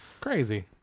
Crazy